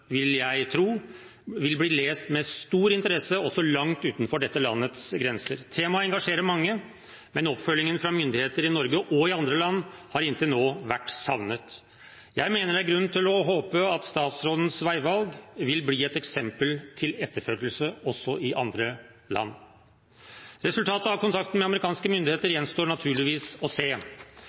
vil jeg tro – vil bli lest med stor interesse også langt utenfor dette landets grenser. Temaet engasjerer mange, men oppfølgingen fra myndigheter i Norge og i andre land har inntil nå vært savnet. Jeg mener det er grunn til å håpe at statsrådens veivalg vil bli et eksempel til etterfølgelse, også i andre land. Resultatet av kontakten med amerikanske myndigheter gjenstår naturligvis å se,